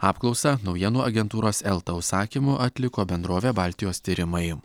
apklausą naujienų agentūros elta užsakymu atliko bendrovė baltijos tyrimai